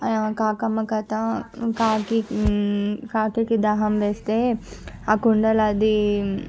కాకమ్మ కథ కాకి కాకికి దాహం వేస్తే ఆ కుండలో అది